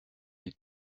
les